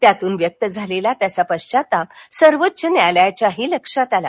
त्यातून व्यक्त झालेला त्याचा पश्वात्ताप सर्वोच्च न्यायालयाच्याही लक्षात आला